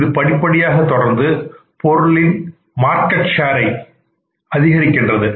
இது படிப்படியாக தொடர்ந்து பொருளின் மார்க்கெட் ஷேர் ஐ அதிகரிக்கின்றது